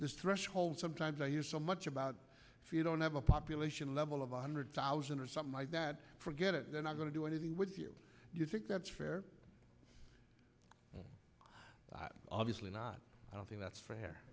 s thresholds sometimes i hear so much about if you don't have a population level of a hundred thousand or something like that forget it then i'm going to do anything with you do you think that's fair i'm obviously not i don't think that's fair